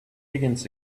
higgins